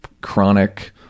chronic